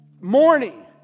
morning